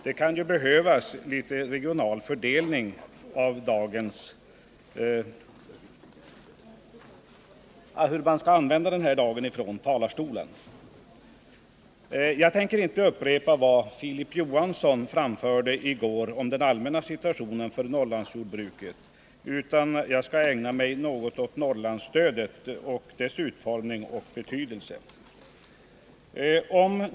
Det kan behövas litet regional fördelning av dagens anföranden från talarstolen. Jag tänker inte upprepa vad Filip Johansson framförde i går om den allmänna situationen för Norrlandsjordbruket, utan jag skall ägna mig något åt Norrlandsstödet, dess utformning och betydelse.